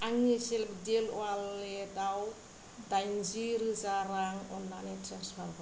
आंनि स्नेपडिल अवालेटाव दाइनजि रोजा रां अननानै ट्रेन्सफार हर